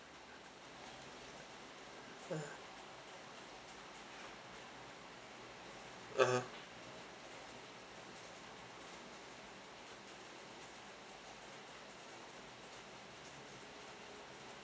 ah (uh huh)